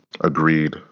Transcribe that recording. Agreed